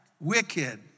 wicked